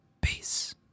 Peace